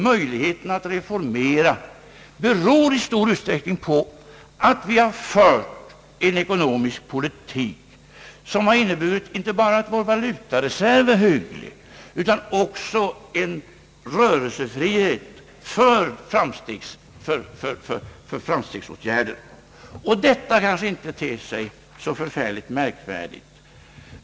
Möjligheten att reformera beror i stor utsträckning på att vi fört en ekonomisk politik som har inneburit att inte bara vår valutareserv är hygglig utan också en rörelsefrihet för framstegsåtgärder. Detta kanske inte ter sig så förfärligt märkvärdigt.